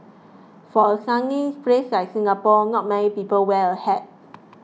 for a sunny place like Singapore not many people wear a hat